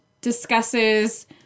discusses